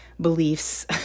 beliefs